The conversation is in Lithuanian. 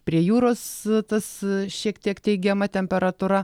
prie jūros tas šiek tiek teigiama temperatūra